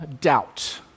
doubt